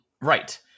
Right